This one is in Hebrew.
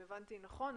אם הבנתי נכון,